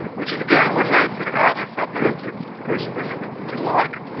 which is again one of those sort of outer suburbs of brisbane, and if you like.